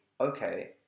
okay